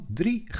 drie